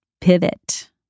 pivot